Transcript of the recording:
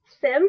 Sim